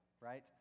right